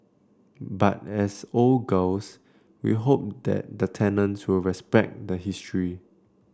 but as old girls we hope that the tenants will respect the history